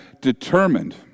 determined